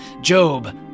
Job